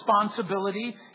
responsibility